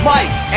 Mike